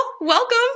welcome